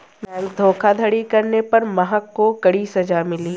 bank धोखाधड़ी करने पर महक को कड़ी सजा मिली